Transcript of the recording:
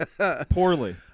Poorly